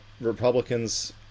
Republicans